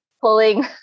pulling